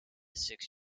six